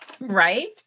Right